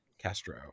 castro